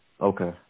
Okay